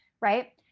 right